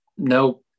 No